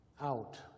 out